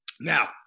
Now